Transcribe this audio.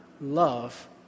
love